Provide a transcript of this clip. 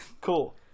Cool